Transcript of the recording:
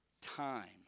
time